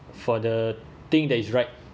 for the thing that is right